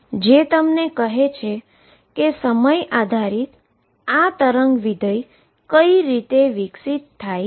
જે તમને કહે છે કે સમય આધારિત વેવ ફંક્શન કેવી રીતે વિકસિત થાય છે